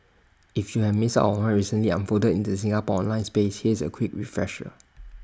if you have missed out on what recently unfolded in the Singapore online space here's A quick refresher